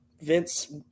Vince